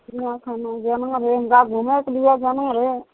चिड़िआँखाना जाना रहै हमरा घुमैके लिए जाना रहै